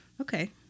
okay